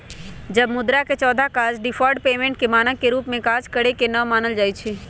अब मुद्रा के चौथा काज डिफर्ड पेमेंट के मानक के रूप में काज करेके न मानल जाइ छइ